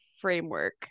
framework